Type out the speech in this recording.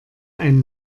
ein